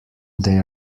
they